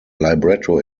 libretto